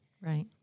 Right